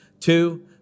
two